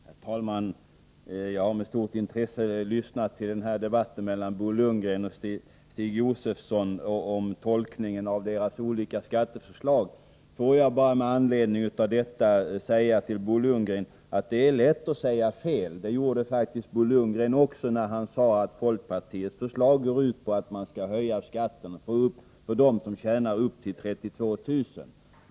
Herr talman! Jag har med stort intresse lyssnat till debatten mellan Bo Lundgren och Stig Josefson om tolkningen av deras olika skatteförslag. Jag vill med anledning av den debatten bara påpeka för Bo Lundgren att det är lätt att säga fel. Det gjorde faktiskt Bo Lundgren, när han sade att folkpartiets förslag går ut på att höja skatten för dem som tjänar upp till 32 000 kr.